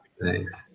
Thanks